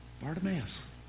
Bartimaeus